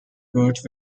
court